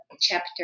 chapter